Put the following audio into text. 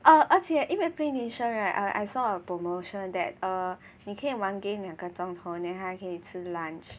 oh 而且因为 Play Nation right I saw a promotion that err 你可以玩 game 两个钟头你还可以吃 lunch